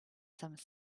some